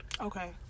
Okay